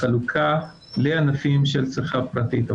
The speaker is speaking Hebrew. חלוקה לענפים של צריכה פרטית,